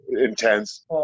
Intense